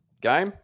Game